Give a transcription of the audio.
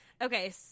Okay